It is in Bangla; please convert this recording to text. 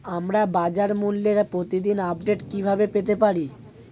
আমরা বাজারমূল্যের প্রতিদিন আপডেট কিভাবে পেতে পারি?